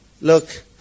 look